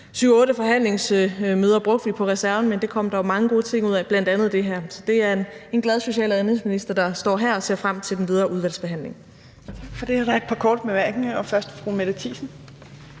forhandlingsmøder brugte vi på reserven, men det kom der jo mange gode ting ud af, bl.a. det her. Så det er en glad social- og indenrigsminister, der står her og ser frem til den videre udvalgsbehandling.